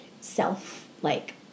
self-like